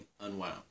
unwound